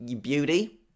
beauty